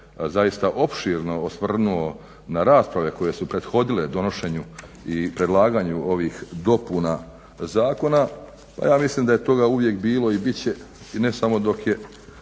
zaista opširno osvrnuo na rasprave koje su prethodile donošenju i predlaganju ovih dopuna zakona, pa ja mislim da je toga uvijek bilo i bit će i ne samo dok je